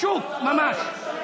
שוק ממש.